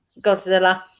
Godzilla